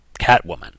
Catwoman